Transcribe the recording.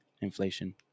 Inflation